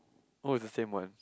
oh is the same one